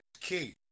key